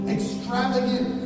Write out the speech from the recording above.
Extravagant